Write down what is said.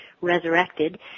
resurrected